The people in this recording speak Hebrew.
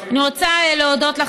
אני רוצה להודות לך,